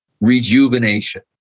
rejuvenation